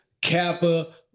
Kappa